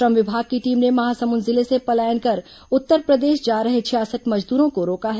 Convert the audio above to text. श्रम विभाग की टीम ने महासमुंद जिले से पलायन कर उत्तरप्रदेश जा रहे छियासठ मजदूरों को रोका है